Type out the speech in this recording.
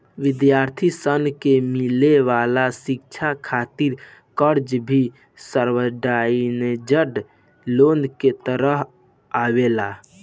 विद्यार्थी सन के मिले वाला शिक्षा खातिर कर्जा भी सब्सिडाइज्ड लोन के तहत आवेला